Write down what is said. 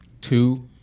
two